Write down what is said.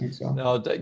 No